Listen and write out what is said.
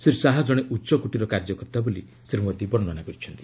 ଶ୍ରୀ ଶାହା ଜଣେ ଉଚ୍ଚକୋଟୀର କାର୍ଯ୍ୟକର୍ତ୍ତା ବୋଲି ଶ୍ରୀ ମୋଦୀ ବର୍ଷ୍ଣନା କରିଛନ୍ତି